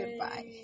goodbye